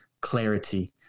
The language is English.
clarity